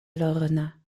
lorna